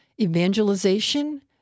evangelization